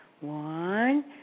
One